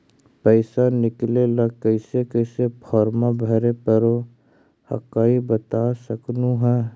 पैसा निकले ला कैसे कैसे फॉर्मा भरे परो हकाई बता सकनुह?